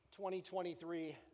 2023